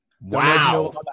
Wow